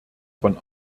von